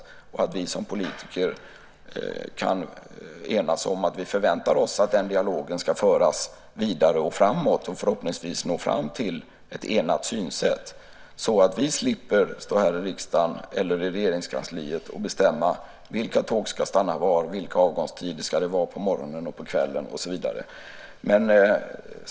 Jag tror att vi som politiker kan enas om att vi förväntar oss att den dialogen ska föras vidare och framåt och att man förhoppningsvis når fram till ett enat synsätt, så att vi slipper stå här i riksdagen eller i Regeringskansliet och bestämma vilka tåg som ska stanna var, vilka avgångstider det ska vara på morgonen och på kvällen och så vidare.